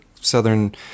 Southern